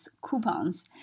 coupons